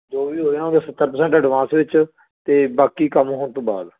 ਜੋ ਵੀ ਹੋਇਆ ਨਾ ਉਹਦਾ ਸੱਤਰ ਪਰਸੈਂਟ ਐਡਵਾਂਸ ਵਿੱਚ ਅਤੇ ਬਾਕੀ ਕੰਮ ਹੋਣ ਤੋਂ ਬਾਅਦ